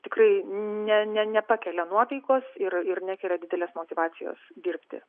tikrai ne ne nepakelia nuotaikos ir ir nekelia didelės motyvacijos dirbti